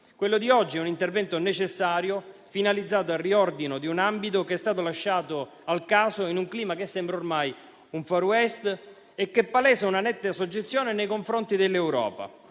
Quello di oggi è un intervento necessario, finalizzato al riordino di un ambito che è stato lasciato al caso, in un clima che sembra ormai un *far west* e che palesa una netta soggezione nei confronti dell'Europa.